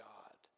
God